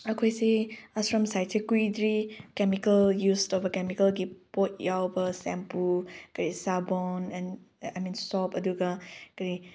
ꯑꯩꯈꯣꯏꯁꯦ ꯑꯁꯣꯝ ꯁꯥꯏꯠꯁꯦ ꯀꯨꯏꯗ꯭ꯔꯤ ꯀꯦꯃꯤꯀꯦꯜ ꯌꯨꯁ ꯇꯧꯕ ꯀꯦꯃꯤꯀꯦꯜꯒꯤ ꯄꯣꯠ ꯌꯥꯎꯕ ꯁꯦꯝꯄꯨ ꯀꯔꯤ ꯁꯥꯄꯣꯟ ꯑꯦꯟ ꯑꯥꯏ ꯃꯤꯟ ꯁꯣꯞ ꯑꯗꯨꯒ ꯀꯔꯤ